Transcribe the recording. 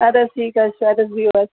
اَدٕ حظ ٹھیٖک حظ چھُ اَدٕ حظ بِہِو حظ